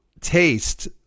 taste